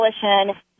Coalition